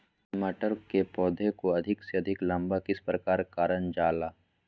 मटर के पौधा को अधिक से अधिक लंबा किस प्रकार कारण जाला?